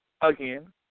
again